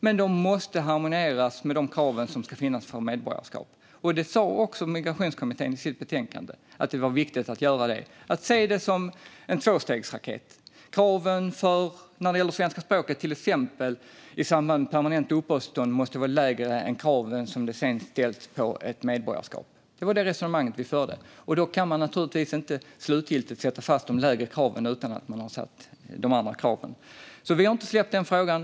Men de måste harmoniseras med de krav som ska finnas för medborgarskap. Migrationskommittén skrev också i sitt betänkande att det är viktigt att göra det; man kan se det som en tvåstegsraket. Kraven när det gäller till exempel svenska språket i samband med permanent uppehållstillstånd måste vara lägre än kraven som sedan ställs för medborgarskap. Det var det resonemang vi förde. Då kan man naturligtvis inte slutgiltigt slå fast de lägre kraven utan att man har slagit fast de högre kraven. Vi har inte släppt den frågan.